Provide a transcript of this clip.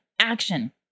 action